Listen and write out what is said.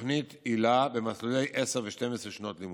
בתוכנית היל"ה במסלולי עשר ו-12 שנות לימוד.